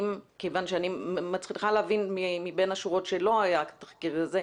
כיוון שאני מצליחה להבין מבין השורות שלא היה תחקיר כזה,